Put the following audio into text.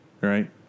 right